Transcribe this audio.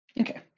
Okay